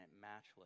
matchless